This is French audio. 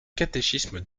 catéchisme